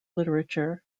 literature